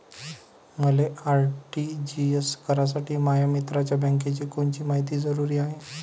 मले आर.टी.जी.एस करासाठी माया मित्राच्या बँकेची कोनची मायती जरुरी हाय?